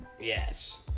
Yes